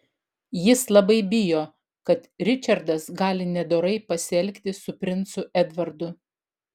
jis labai bijo kad ričardas gali nedorai pasielgti su princu edvardu